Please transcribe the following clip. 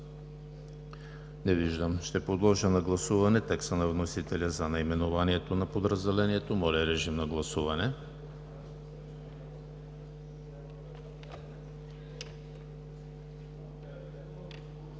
Не виждам. Ще подложа на гласуване текста на вносителя за наименованието на подразделението. Гласували